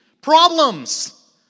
Problems